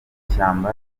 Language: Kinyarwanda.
ishyamba